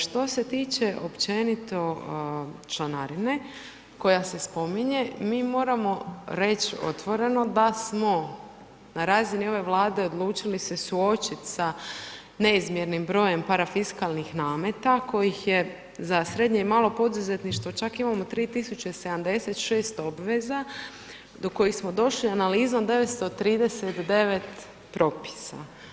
Što se tiče općenito članarine koja se spominje, mi moramo reć' otvoreno da smo na razini ove Vlade odlučili se suočit sa neizmjernim brojem parafiskalnih nameta kojih je za srednje i malo poduzetništvo čak imamo 3076 obveza do kojih smo došli analizom 939 propisa.